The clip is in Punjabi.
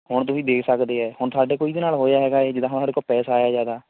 ਹੁਣ ਤੁਸੀਂ ਦੇਖ ਸਕਦੇ ਹੈ ਹੁਣ ਸਾਡੇ ਕੋਲ ਇਹਦੇ ਨਾਲ ਹੋਇਆ ਹੈਗਾ ਹੈ ਜਿੱਦਾਂ ਹੁਣ ਸਾਡੇ ਕੋਲ ਪੈਸਾ ਆਇਆ ਹੈ ਜ਼ਿਆਦਾ